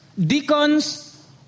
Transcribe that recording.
deacons